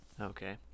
Okay